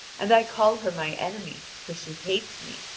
and i call her my enemy, for she hates me,